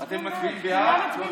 כולם מצביעים בעד.